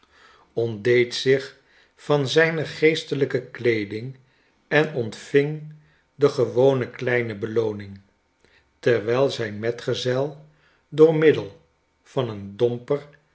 ontdeed zich van zijne geestelijke kleeding en ontving de gewone kleine belooning terwijl zijn metgezel door middel van een domper